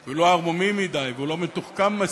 הוא לא ערמומי מדי והוא לא מתוחכם מספיק,